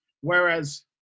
whereas